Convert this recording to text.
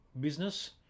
business